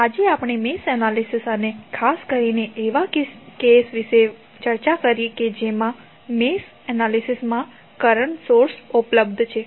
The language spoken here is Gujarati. તો આજે આપણે મેશ એનાલિસિસ અને ખાસ કરીને એવા કેસ વિશે ચર્ચા કરી છે કે જેમાં મેશ એનાલિસિસમાં કરંટ સોર્સ ઉપલબ્ધ છે